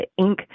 Inc